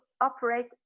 operate